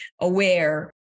aware